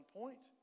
point